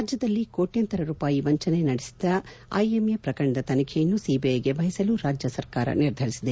ರಾಜ್ಯದಲ್ಲಿ ಕೋಟ್ಟಂತರ ರೂಪಾಯಿ ವಂಚನೆ ನಡೆಸಿದ ಐಎಂಎ ಪ್ರಕರಣದ ತನಿಖೆಯನ್ನು ಸಿಬಿಐಗೆ ವಹಿಸಲು ರಾಜ್ಯ ಸರ್ಕಾರ ನಿರ್ಧರಿಸಿದೆ